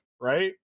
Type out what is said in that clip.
Right